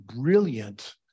brilliant